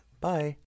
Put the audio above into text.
Bye